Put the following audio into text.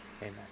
Amen